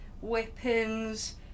weapons